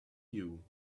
you